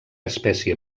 espècie